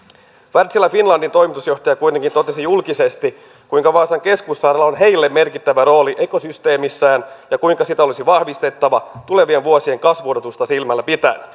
wärtsilä finlandin toimitusjohtaja kuitenkin totesi julkisesti kuinka vaasan keskussairaalalla on heille merkittävä rooli heidän ekosysteemissään ja kuinka sitä olisi vahvistettava tulevien vuosien kasvuodotusta silmällä pitäen